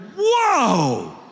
whoa